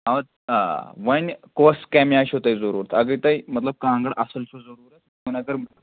اَوا آ وۅنۍ کۄس کَمہِ آے چھَوٕ تۄہہِ ضروٗرَت اگر تۄہہِ مطلب کانٛگٕر اَصٕل چھَو ضروٗرَت وۅنۍ اگر